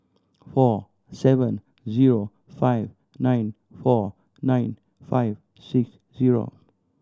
four seven zero five nine four nine five six zero